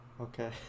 okay